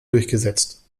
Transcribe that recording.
durchgesetzt